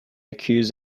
accused